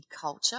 culture